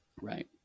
Right